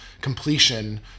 completion